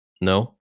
No